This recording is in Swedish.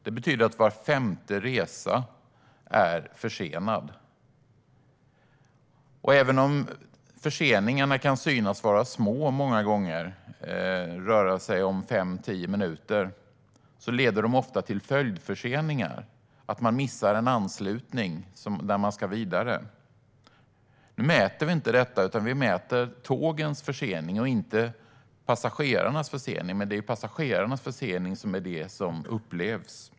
Det betyder att var femte resa är försenad. Förseningarna kan många gånger synas vara små. Men även om det rör sig om bara fem tio minuter leder de ofta till följdförseningar, till att man missar en anslutning när man ska vidare. Nu mäter vi inte detta - vi mäter tågens försening, inte passagerarnas försening. Men passagerarnas försening är det som upplevs.